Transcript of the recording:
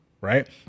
Right